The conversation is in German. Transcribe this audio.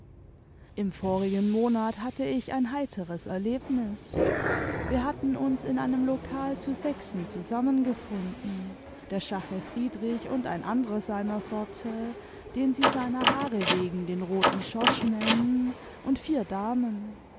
im vorigen monat hatte ich ein heiteres erlebnis wir hatten uns in einem lokal zu sechsen zusammengefunden der schache friedrich und ein anderer seiner sorte den sie seiner haare wegen den roten schorsch nennen und vier damen